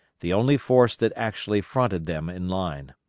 the only force that actually fronted them in line.